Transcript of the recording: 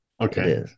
Okay